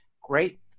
Great